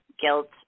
guilt